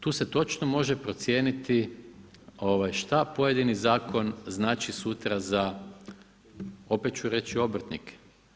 Tu se točno može procijeniti šta pojedini zakon znači sutra za opet ću reći obrtnike.